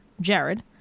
Jared